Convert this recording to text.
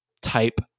type